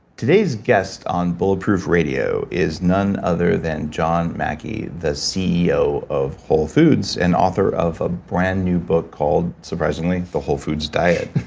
today's guest on bulletproof radio is none other than john mackey, the ceo of whole foods and author of a brand new book called surprisingly, the whole foods diet.